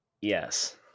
yes